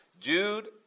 Jude